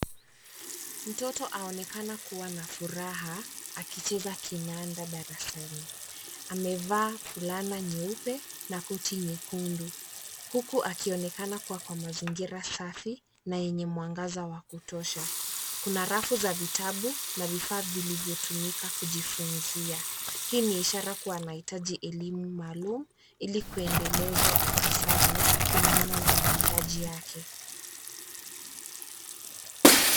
Mtoto aonekana kuwa na furaha akicheza kinanda darasani. Amevaa fulana nyeupe na koti nyekundu huku akionekana kuwa kwa mazingira safi na yenye mwangaza wa kutosha. Kuna rafu za vitabu na vifaa vilivyotumika kujifunzia. Hii ni ishara kuwa anahitaji elimu maalum ili kuendelezwa ipasavyo kulingana na mahitaji yake.